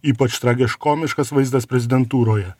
ypač tragiškomiškas vaizdas prezidentūroje